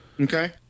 Okay